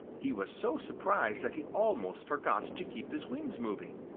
he was so surprised that he almost forgot to keep his wings moving.